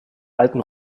alten